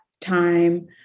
time